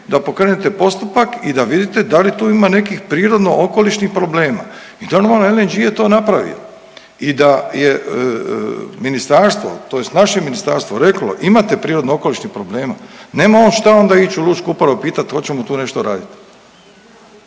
da pokrenete postupak i da vidite da li tu ima nekih prirodno okolišnih problema i normalno LNG je to napravio i da je ministarstvo tj. naše ministarstvo reklo imate prirodno okolišnih problema, nema on šta onda ić u lučku upravu i pitat hoćemo tu nešto radit.